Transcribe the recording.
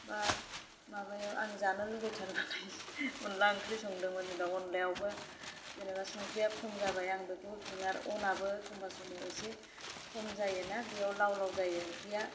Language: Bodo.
बा माबायाव आं जानो लुगैथारनानै अनला ओंख्रि संदोंमोन दाउ अनलायावबो जेनेबा संख्रिया खम जाबाय आं बेखौ होफिगोन आरो अनाबो एखम्बा समाव एसे खम जायो ना बेयाव लाव लाव जायो ओंख्रिया